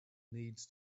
needs